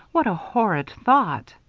what a horrid thought!